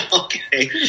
Okay